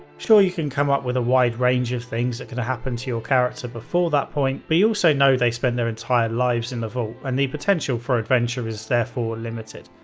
sure, you can come up with a wide range of things that could have happened to your character before that point, but you also know they spent their entire lives in the vault and the potential for adventure is therefore limited.